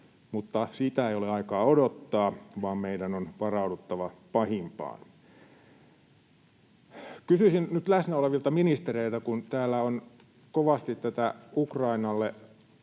mutta sitä ei ole aikaa odottaa, vaan meidän on varauduttava pahimpaan. Kysyisin nyt läsnä olevilta ministereiltä, kun täällä on kovasti tätä Ukrainalle